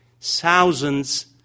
Thousands